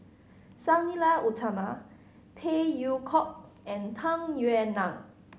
Sang Nila Utama Phey Yew Kok and Tung Yue Nang